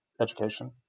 education